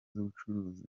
z’ubucuruzi